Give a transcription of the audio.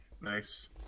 Nice